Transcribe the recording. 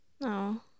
No